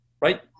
right